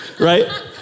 right